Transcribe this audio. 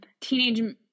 teenage